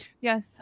Yes